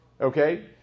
okay